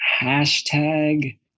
Hashtag